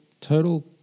Total